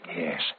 Yes